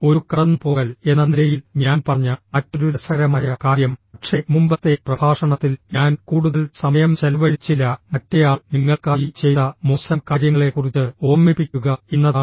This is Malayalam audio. ഒരു കടന്നുപോകൽ എന്ന നിലയിൽ ഞാൻ പറഞ്ഞ മറ്റൊരു രസകരമായ കാര്യം പക്ഷേ മുമ്പത്തെ പ്രഭാഷണത്തിൽ ഞാൻ കൂടുതൽ സമയം ചെലവഴിച്ചില്ല മറ്റേയാൾ നിങ്ങൾക്കായി ചെയ്ത മോശം കാര്യങ്ങളെക്കുറിച്ച് ഓർമ്മിപ്പിക്കുക എന്നതാണ്